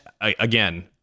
again